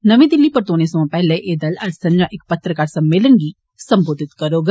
नमीं दिल्ली परतोने सोयां पैहले एह दल अज्ज संजा इक पत्रकार सम्मेलन गी बी सम्बोधित करौग